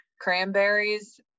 cranberries